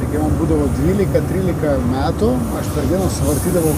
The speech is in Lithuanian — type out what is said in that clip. jo būdavo dvylika trylika metų aš per dieną suvartydavau